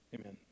amen